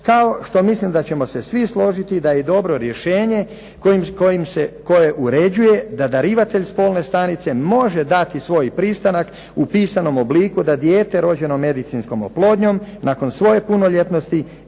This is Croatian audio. kao što mislim da ćemo se svi složiti da je dobro rješenje koje uređuje da darivatelj spolne stanice može svoj pristanak u pisanom obliku da dijete rođeno medicinskom oplodnjom nakon svoje punoljetnosti